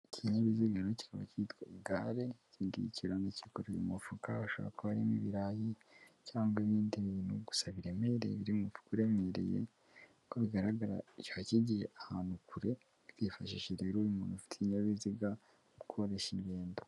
Ikinyabiziga rero kikaba cyitwa igare, iki ngiki urabona kikoreye umufuka hashobora kuba harimo ibirayi, cyangwa ibindi bintu gusa biremere, biri mu mufuka uremereye, uko bigaragara kiba kigiye ahantu kure, byifashisha rero nk'umuntu ufite ikinyabiziga koroshya ingendo.